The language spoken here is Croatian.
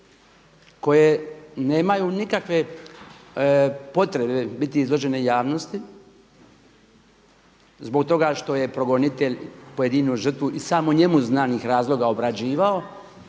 koje nemaju nikakve potrebe biti izložene javnosti zbog toga što je progonitelj pojedinu žrtvu iz samo njenih razloga obrađivao